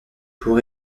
pour